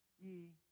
ye